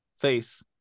face